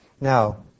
Now